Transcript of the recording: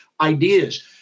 ideas